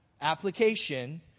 application